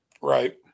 Right